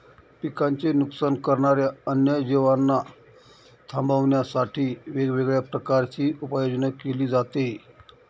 पिकांचे नुकसान करणाऱ्या अन्य जीवांना थांबवण्यासाठी वेगवेगळ्या प्रकारची उपाययोजना केली जाते